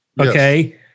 Okay